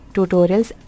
tutorials